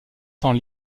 temps